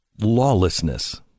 Lawlessness